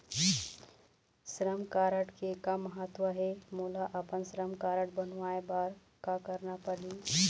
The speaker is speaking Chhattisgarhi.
श्रम कारड के का महत्व हे, मोला अपन श्रम कारड बनवाए बार का करना पढ़ही?